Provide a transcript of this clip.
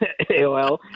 AOL